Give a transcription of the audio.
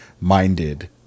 minded